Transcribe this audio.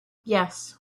yes